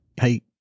Hey